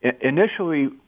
initially